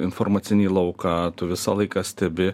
informacinį lauką tu visą laiką stebi